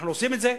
אנחנו עושים את זה.